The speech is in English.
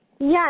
Yes